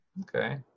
Okay